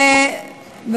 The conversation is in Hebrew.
מה קרה?